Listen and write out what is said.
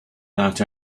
that